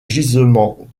gisement